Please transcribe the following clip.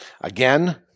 Again